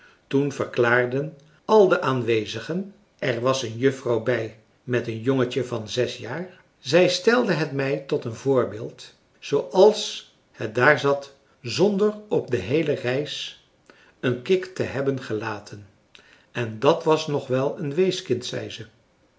toen verklaarden al de aanwezigen er was een juffrouw bij met een jongetje van zes jaar zij stelde het mij tot een voorbeeld zooals het daar zat zonder op de heele reis een kik te hebben gelaten en dat was nog wel een weeskind zei ze